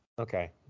Okay